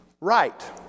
Right